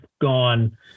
gone